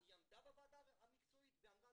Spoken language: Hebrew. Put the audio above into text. היא עמדה בוועדה המקצועית ואמרה,